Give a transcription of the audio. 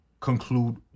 conclude